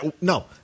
No